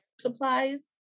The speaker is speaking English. supplies